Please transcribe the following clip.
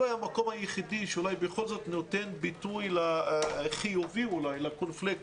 הוא היה המקום היחיד שאולי בכל זאת נותן ביטוי לחיובי לקונפליקט,